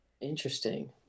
Interesting